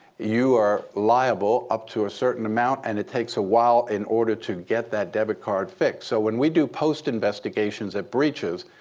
you are liable up to a certain amount. and it takes a while in order to get that debit card fixed. so when we do post investigations at breaches,